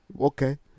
Okay